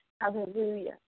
Hallelujah